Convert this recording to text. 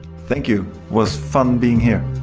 thank you was fun being here.